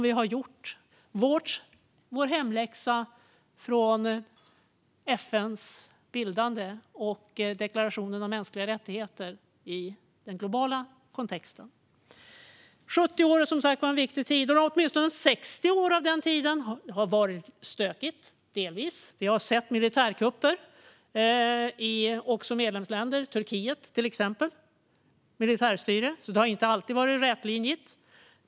Vi har gjort vår hemläxa från FN:s bildande och deklarationen om mänskliga rättigheter i den globala kontexten. Det har som sagt varit 70 viktiga år. Åtminstone 60 år av den tiden har det delvis varit stökigt. Vi har sett militärkupper också i medlemsländer, till exempel Turkiet, och militärstyre. Det har inte alltid varit rätlinjigt.